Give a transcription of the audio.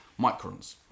microns